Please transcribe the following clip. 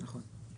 נכון.